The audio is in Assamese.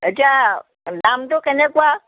এতিয়া দামটো কেনেকুৱা